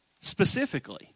specifically